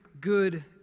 good